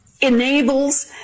enables